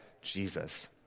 Jesus